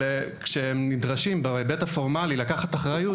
כשהם נדרשים, בהיבט הפורמלי, לקחת אחריות